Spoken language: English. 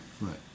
Right